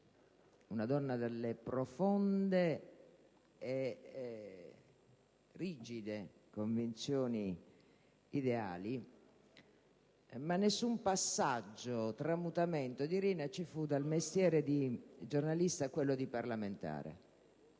una donna dalle profonde, rigide convinzioni ideali, ma nessun passaggio, nessun tramutamento di Rina ci fu dal mestiere di giornalista a quello di parlamentare.